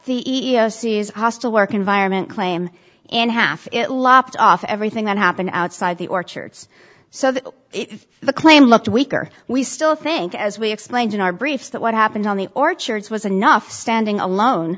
e e o c is hostile work environment claim and half lopped off everything that happened outside the orchards so that the claim looked weaker we still think as we explained in our briefs that what happened on the orchard's was enough standing alone